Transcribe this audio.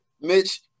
Mitch